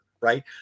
right